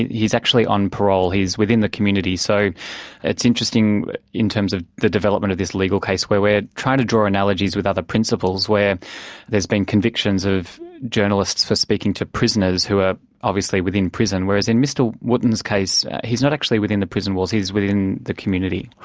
and he's actually on parole. he's within the community, so it's interesting in terms of the development of his legal case where we're trying to draw analogies with other principles, where there's been convictions of journalists for speaking to prisoners who are obviously within prison, whereas in mr wotton's case, he's not actually within the prison walls, he's within the community.